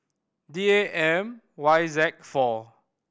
D A M Y Z four